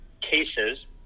cases